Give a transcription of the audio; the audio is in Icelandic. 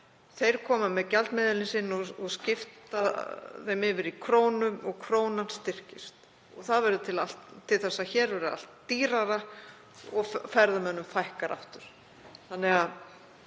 þeir koma með gjaldmiðilinn sinn og skipta yfir í krónur og krónan styrkist og það verður til þess að hér verður allt dýrara og ferðamönnum fækkar aftur. Ég veit að